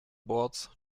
boards